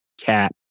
cat